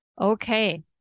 Okay